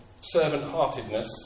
servant-heartedness